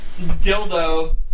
dildo